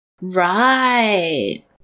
Right